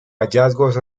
hallazgos